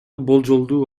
болжолдуу